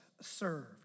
served